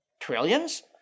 Trillions